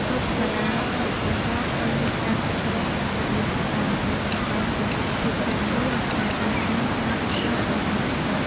គ្រប់សាលាគរុកោសល្យត្រូវមានការគ្រប់គ្រងតាមបែបឌីជីថលដើម្បីបង្កើនប្រសិទ្ធភាពការងារនិងការតាមដានការសិក្សារបស់គរុសិស្ស។